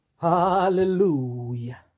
Hallelujah